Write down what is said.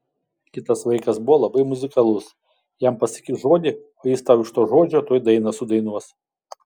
kitas vaikas buvo labai muzikalus jam pasakyk žodį o jis tau iš to žodžio tuoj dainą sudainuos